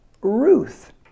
Ruth